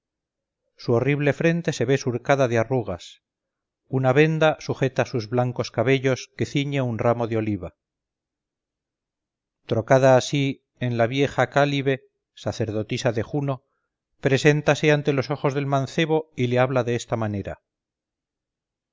su horrible frente se ve surcada de arrugas una venda sujeta sus blancos cabellos que ciñe un ramo de oliva trocada así en la vieja cálibe sacerdotisa de juno preséntase ante los ojos del mancebo y le habla de esta manera